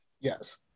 yes